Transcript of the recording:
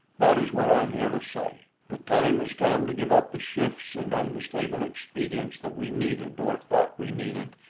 that is what i am here to say. the time is come to give up the shifts and unstable expedients that we needed, or thought we needed,